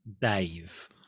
dave